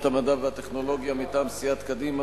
המדע והטכנולוגיה: מטעם סיעת קדימה,